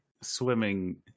swimming